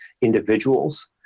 individuals